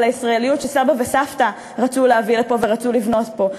על הישראליות שסבא וסבתא רצו להביא לפה ורצו לבנות פה,